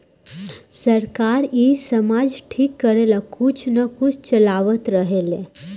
सरकार इ समाज ठीक करेला कुछ न कुछ चलावते रहेले